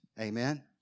Amen